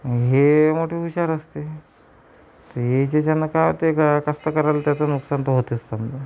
आणि हे मोठे हुशार असते ते हे जे ज्यांना काय होते का कष्टकऱ्याला त्याचा नुकसान तर होतेच समजा